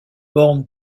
born